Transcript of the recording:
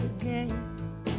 again